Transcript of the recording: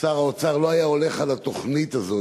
ששר האוצר לא היה הולך על התוכנית הזאת